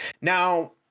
Now